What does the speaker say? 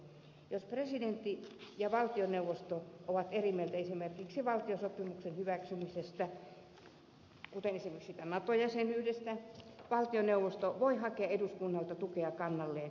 jos presidentti ja valtioneuvosto ovat eri mieltä esimerkiksi valtiosopimuksen hyväksymisestä kuten esimerkiksi nato jäsenyydestä valtioneuvosto voi hakea eduskunnalta tukea kannalleen